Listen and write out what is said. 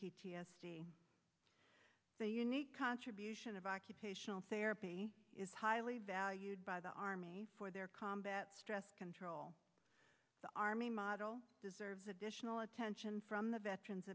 the unique contribution of occupational therapy is highly valued by the army for their combat stress control the army model deserves additional attention from the veterans